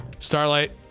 Starlight